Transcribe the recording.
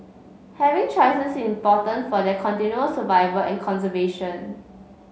having choices is important for their continual survival and conservation